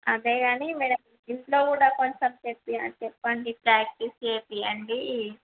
అదే కానీ మీరు ఇంట్లో కూడా కొంచెం చెప్పి అంటే చెప్పండి ప్రాక్టీస్ చేయించండి